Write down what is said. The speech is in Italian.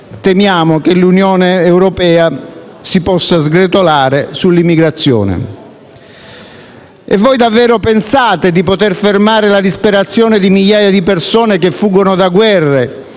temiamo che l'Unione europea si possa sgretolare sull'immigrazione. Voi davvero pensate di poter fermare la disperazione di migliaia di persone che fuggono da guerre,